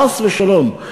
חס ושלום,